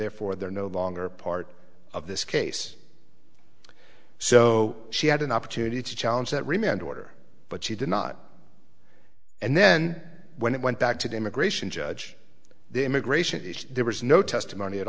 therefore they're no longer part of this case so she had an opportunity to challenge that remained order but she did not and then when it went back to the immigration judge the immigration issue there was no testimony at